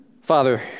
Father